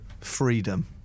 freedom